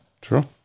True